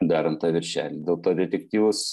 darant tą viršelį dėl to detektyvus